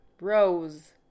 Rose